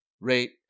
rate